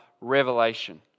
revelation